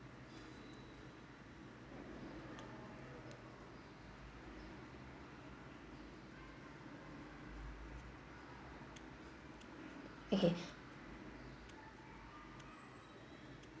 okay